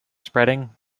spreading